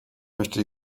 möchte